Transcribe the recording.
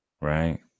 Right